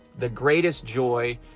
the greatest joy,